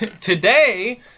Today